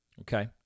Okay